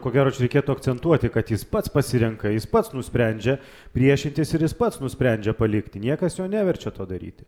ko gero čia reikėtų akcentuoti kad jis pats pasirenka jis pats nusprendžia priešintis ir jis pats nusprendžia palikti niekas jo neverčia to daryti